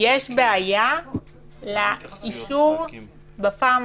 יש בעיה לאישור בפעם השנייה.